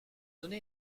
donné